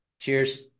Cheers